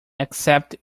except